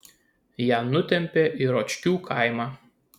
ją nutempė į ročkių kaimą